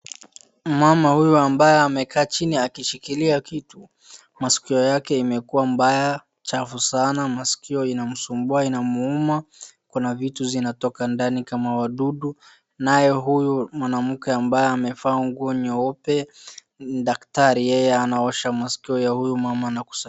Mama huyu ambaye amekaa chini akishikilia kitu, maskio yake imekua mbaya, chafu sana. Maskio inamsumbua, inamuuma. kuna vitu zinatoka ndani kama wadudu, naye huyu mwanamke amevaa nguo nyeupe ni daktari ,yeye anaosha maskio ya huyu mama na kusafisha.